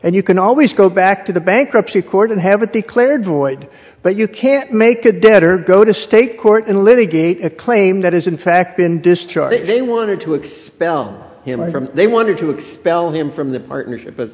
and you can always go back to the bankruptcy court and have it declared void but you can't make a debtor go to state court and litigate a claim that is in fact been destroyed if they wanted to expel him from they wanted to expel him from the partnership but